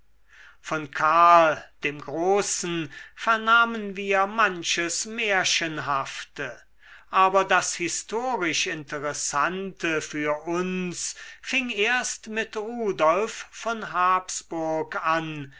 von karl dem großen vernahmen wir manches märchenhafte aber das historisch interessante für uns fing erst mit rudolf von habsburg an